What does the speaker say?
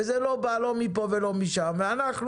זה לא בא לא מפה ולא משם ואנחנו,